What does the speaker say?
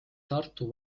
tartu